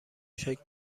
شکل